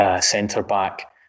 centre-back